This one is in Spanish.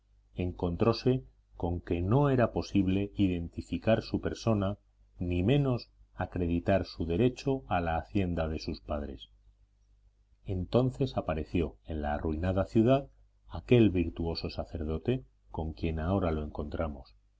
desvalidas encontróse con que no era posible identificar su persona ni menos acreditar su derecho a la hacienda de sus padres entonces apareció en la arruinada ciudad aquel virtuoso sacerdote con quien ahora lo encontramos